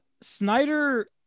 Snyder